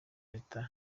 leta